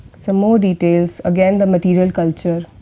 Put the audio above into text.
some more details again the material culture,